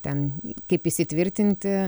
ten kaip įsitvirtinti